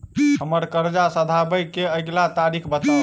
हम्मर कर्जा सधाबई केँ अगिला तारीख बताऊ?